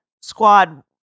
squad